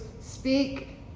speak